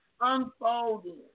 unfolding